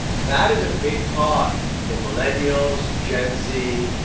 and that is a big part for millennials, gen z,